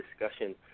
discussion